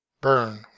burn